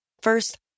First